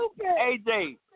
AJ